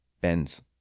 Bends